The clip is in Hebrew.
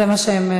זה מה שהם,